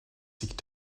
sich